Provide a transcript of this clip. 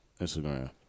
Instagram